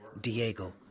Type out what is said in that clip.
Diego